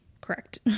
correct